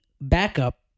backup